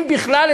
אם בכלל,